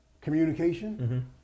Communication